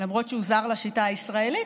למרות שהוא זר לשיטה הישראלית,